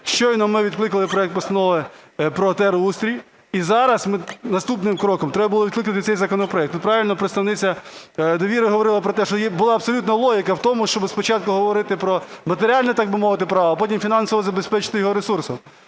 щойно ми відкликали проект постанови про терустрій - і зараз, наступним кроком, треба було відкликати цей законопроект. Тут правильно представниця "Довіри" говорила про те, що була абсолютна логіка в тому, щоби спочатку говорити про матеріальне, так би мовити, право, а потім фінансово забезпечити його ресурсами.